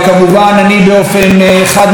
באופן חד-משמעי וברור,